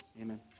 amen